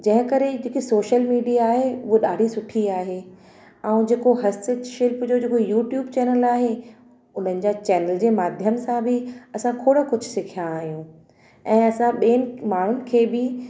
जंहिं करे जेके शोशल मीडिया आहे उहा ॾाढी सुठी आहे ऐं जेको हस्तशिल्प जो जेको यूट्यूब चैनल आहे उन्हनि जा चैनल जे माध्यम सां बि असां खोड़ कुझु सिखिया आहियूं ऐं असां ॿियनि माण्हुनि खे बि